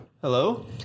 Hello